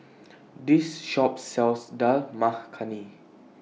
This Shop sells Dal Makhani